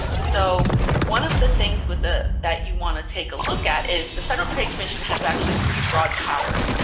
so one of the things with the, that you want to take a look at is the federal trade commission has actually pretty broad powers. and